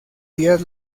días